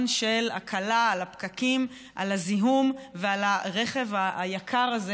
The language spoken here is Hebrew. של הקלה בפקקים ובזיהום ועל הרכב היקר הזה,